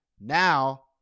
Now